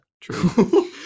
true